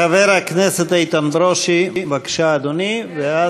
חבר הכנסת איתן ברושי, בבקשה, אדוני.